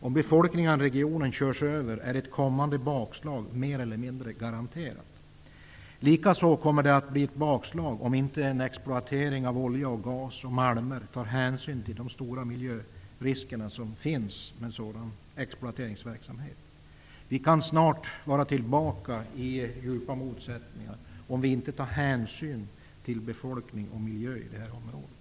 Om befolkningen i regionen körs över är ett kommande bakslag mer eller mindre garanterat. Likaså kommer det att bli ett bakslag om man inte vid en exploatering av olja, gas och malmer tar hänsyn till de stora miljöriskerna med en sådan exploateringsverksamhet. Vi kan snart vara tillbaka i djupa motsättningar, om vi inte tar hänsyn till befolkning och miljö i det här området.